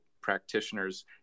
Practitioners